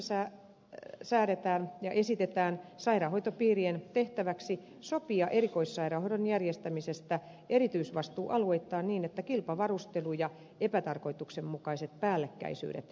terveydenhuoltolakiesityksessä säädetään ja esitetään sairaanhoitopiirien tehtäväksi sopia erikoissairaanhoidon järjestämisestä erityisvastuualueittain niin että kilpavarustelu ja epätarkoituksenmukaiset päällekkäisyydet vältetään